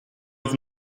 have